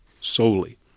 solely